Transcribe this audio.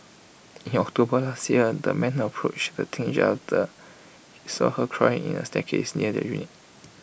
in October last year the man approached the teenager after he saw her crying at A staircase near their unit